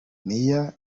meya